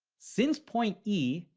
since point e,